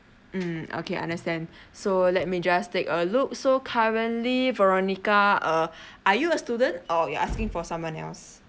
mm okay understand so let me just take a look so currently Veronica uh are you a student or you're asking for someone else